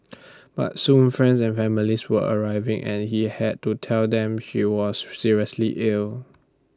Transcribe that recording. but soon friends and families were arriving and he had to tell them she was seriously ill